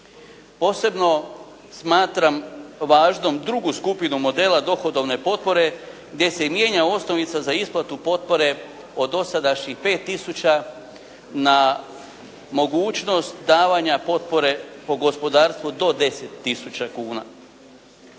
Posebno smatram važnom drugu skupinu modela dohodovne potpore gdje se mijenja osnovica za isplatu potpore od dosadašnjih 5000 na mogućnost davanja potpore po gospodarstvu do 10000 kuna.